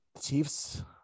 Chiefs